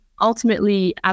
ultimately